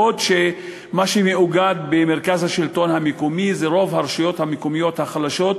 בעוד שבמרכז השלטון המקומי מאוגדות רוב הרשויות המקומיות החלשות,